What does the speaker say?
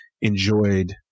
enjoyed